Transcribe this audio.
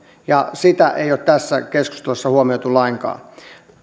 ja sitä ei ole tässä keskustelussa huomioitu lainkaan